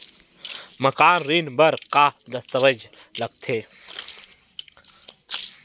मकान ऋण बर का का दस्तावेज लगथे?